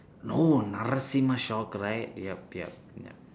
no narasimha shock right yup yup yup